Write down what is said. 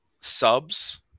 subs